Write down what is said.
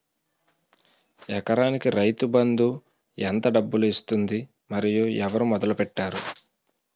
ఎకరానికి రైతు బందు ఎంత డబ్బులు ఇస్తుంది? మరియు ఎవరు మొదల పెట్టారు?